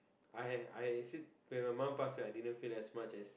I I sit when my mom passed right I didn't feel as much as